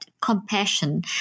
compassion